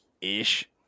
Ish